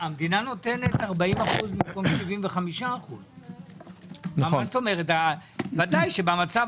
אבל המדינה נותנת 40% במקום 75%. ודאי שבמצב